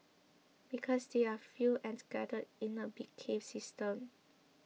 because they are few and scattered in a big cave system